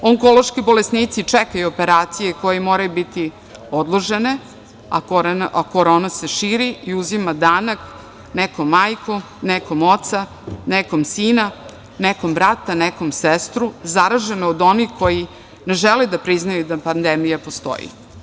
Onkološki bolesnici čekaju operacije koje moraju biti odložene, a korona se širi i uzima danak – nekom majku, nekom oca, nekom sina, nekom brata, nekom sestru, zaraženu od onih koji ne žele da priznaju da pandemija postoji.